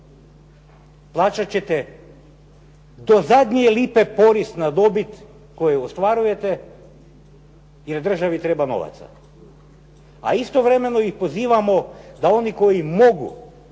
Plaćat ćete do zadnje lipe porez na dobit koju ostvarujete jer državi treba novaca a istovremeno ih pozivamo da oni koji mogu,